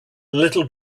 little